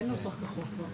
כבר אין נוסח כחול.